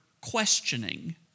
questioning